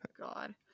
god